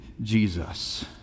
Jesus